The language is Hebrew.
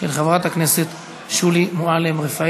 של חברת הכנסת שולי מועלם-רפאלי,